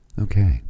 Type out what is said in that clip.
Okay